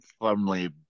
firmly